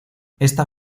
esta